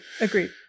Agreed